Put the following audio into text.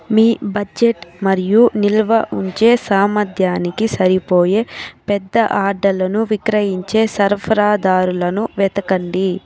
మీ budget మరియు నిల్వ ఉంచే సామర్థ్యానికి సరిపోయే పెద్ద ఆర్డర్లను విక్రయించే సరఫరాదారులను వెతకండి